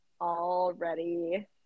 already